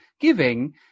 giving